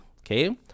Okay